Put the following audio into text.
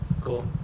Cool